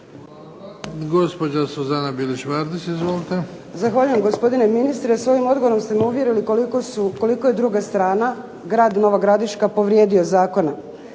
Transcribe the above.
Vardić, Suzana (HDZ)** Zahvaljujem, gospodine ministre. Svojim odgovorom ste me uvjerili koliko je druga strana grad Nova Gradiška povrijedio zakona.